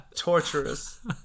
torturous